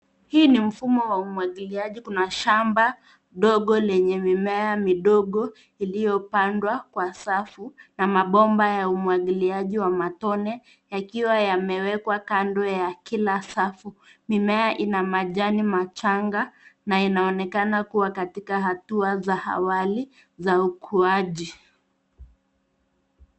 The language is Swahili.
Hii ni mfumo wa umwangiliaji .Kuna shamba ndogo lgenye mimea midogo iliyopandwa kwa safu na mabomba ya umwangiliaji wa matone yakiwa yamewekwa kando ya kila safu. Mimea ina majani machanga na inaonekana kuwa katika hatua za awali za ukuaji.